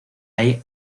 hay